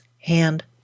hand